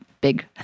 big